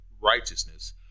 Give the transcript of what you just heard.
righteousness